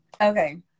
Okay